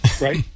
right